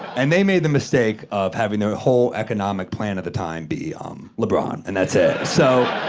and they made the mistake of having their whole economic plan at the time be lebron and that's it. so,